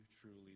truly